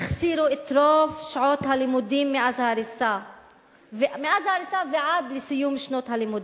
החסירו את רוב שעות הלימודים מאז ההריסה ועד לסיום שנת הלימודים,